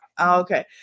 Okay